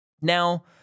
Now